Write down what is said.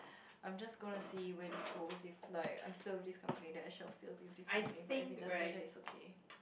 I'm just gonna see where this goes if like I'm still with this company then I shall still be with this company but if it doesn't then it's okay